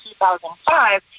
2005